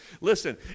Listen